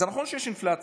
זה נכון שיש אינפלציה,